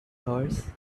horse